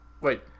Wait